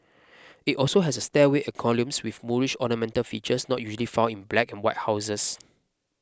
it also has a stairway and columns with Moorish ornamental features not usually found in black and white houses